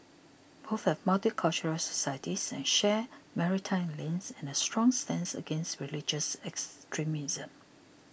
both have multicultural societies and share maritime links and a strong stance against religious extremism